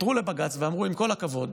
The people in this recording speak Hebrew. עתרו לבג"ץ ואמרו: עם כל הכבוד,